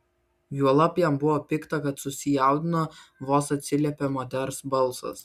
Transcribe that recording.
juolab jam buvo pikta kad susijaudino vos atsiliepė moters balsas